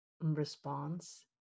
response